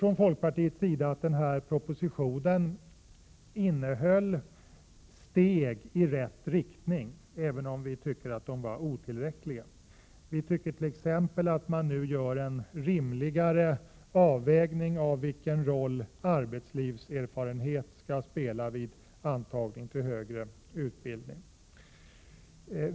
Från folkpartiets sida tycker vi att regeringens proposition innehåller steg i rätt riktning, även om vi tycker att de är otillräckliga. Vi menar t.ex. att man nu gör en rimligare avvägning av vilken betydelse arbetslivserfarenhet skall ges vid antagning till högskoleutbildning.